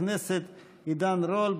חבר הכנסת עידן רול,